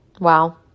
Wow